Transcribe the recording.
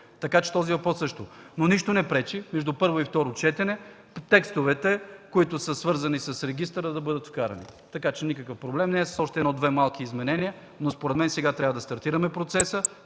така че този въпрос също. Нищо не пречи между първо и второ четене текстовете, които са свързани с регистъра, да бъдат вкарани, така че никакъв проблем не е, с още едно-две малки изменения. Но според мен сега трябва да стартираме процеса